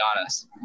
honest